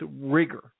rigor